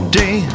day